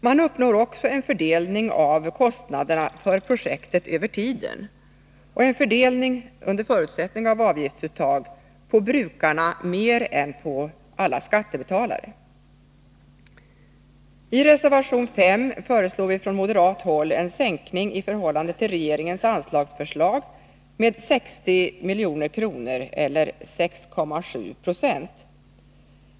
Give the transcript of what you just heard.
Man uppnår också en fördelning över tiden av kostnaderna för projektet och — under förutsättning av avgiftsuttag — en fördelning på brukarna mer än på skattebetalarna. I reservation nr 5 föreslår vi från moderat håll en sänkning av regeringens anslagsförslag med 60 milj.kr. eller 6,7 20.